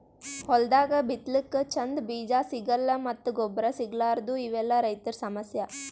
ಹೊಲ್ದಾಗ ಬಿತ್ತಲಕ್ಕ್ ಚಂದ್ ಬೀಜಾ ಸಿಗಲ್ಲ್ ಮತ್ತ್ ಗೊಬ್ಬರ್ ಸಿಗಲಾರದೂ ಇವೆಲ್ಲಾ ರೈತರ್ ಸಮಸ್ಯಾ